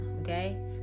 okay